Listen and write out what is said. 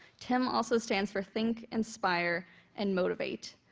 tim also stands for think, inspire and motivate.